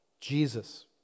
Jesus